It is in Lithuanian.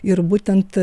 ir būtent